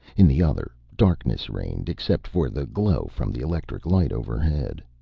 in the other, darkness reigned except for the glow from the electric light overhead.